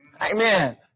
Amen